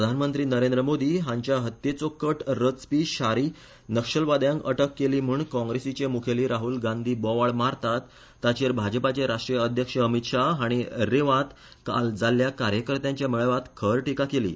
प्रधानमंत्री नरेंद्र मोदी हांच्या हत्तेचो कट रचपी शारी नक्षलवाद्यांक अटक केली म्हण काँग्रेसीचे मुखेली राहल गांधी बोवाळ मारतात ताचेर भाजपाचे राष्ट्रीय अध्यक्ष अमित शाह हाणी रेवात काल जाल्लया कार्यकर्त्यांच्या मेळाव्यात खर टीका केली